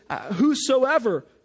whosoever